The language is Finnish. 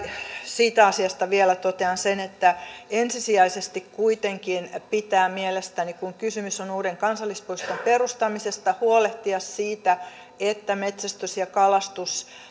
siitä asiasta vielä totean sen että ensisijaisesti kuitenkin pitää mielestäni kun kysymys on uuden kansallispuiston perustamisesta huolehtia siitä että metsästys ja kalastus